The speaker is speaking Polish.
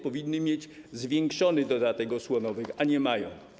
Powinny mieć one zwiększony dodatek osłonowy, a nie mają.